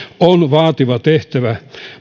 on vaativa tehtävä